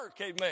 amen